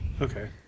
Okay